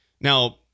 now –